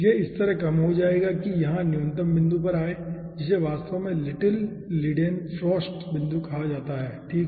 यह इस तरह कम हो जाएगा कि यहां न्यूनतम बिंदु पर आएं जिसे वास्तव में लिटिल लीडेनफ्रॉस्ट बिंदु कहा जाता है ठीक है